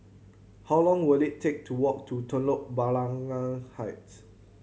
how long will it take to walk to Telok Blangah Heights